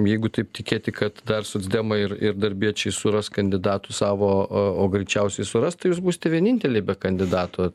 jeigu taip tikėti kad dar socdemai ir ir darbiečiai suras kandidatų savo o greičiausiai suras tai jūs būsite vieninteliai be kandidato